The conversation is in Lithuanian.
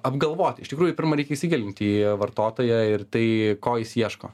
apgalvoti iš tikrųjų pirma reikia įsigilint į vartotoją ir tai ko jis ieško